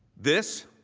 this